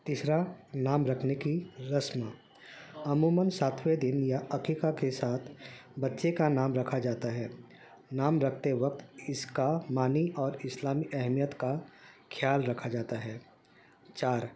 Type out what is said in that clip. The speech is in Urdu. تیسرا نام رکھنے کی رسم عموماً ساتویں دن یا عقیقہ کے ساتھ بچے کا نام رکھا جاتا ہے نام رکھتے وقت اس کا معنی اور اسلامی اہمیت کا خیال رکھا جاتا ہے چار